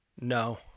No